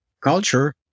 culture